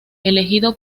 elegido